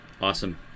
Awesome